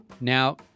Now